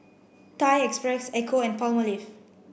Thai Express Ecco and Palmolive